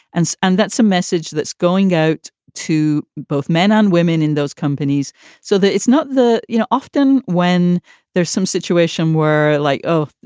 and and that's a message that's going out to both men and women in those companies so that it's not the you know, often when there's some situation where like, oh,